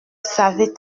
savez